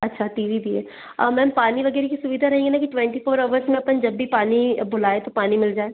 अच्छा TV भी है मैम पानी वगैरह की सुविधा रहेगी न कि ट्वेंटी फ़ोर आवर्स में अपन जब भी पानी बुलाएँ तो पानी मिल जाए